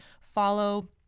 Follow